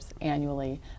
annually